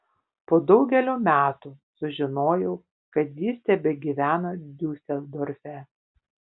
po daugelio metų sužinojau kad jis tebegyvena diuseldorfe